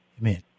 Amen